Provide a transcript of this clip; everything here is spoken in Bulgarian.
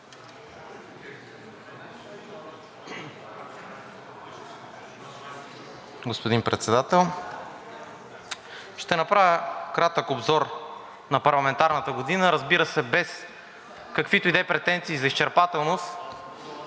Господин Председател, ще направя кратък обзор на парламентарната година, разбира се, без каквито и да е претенции за изчерпателност,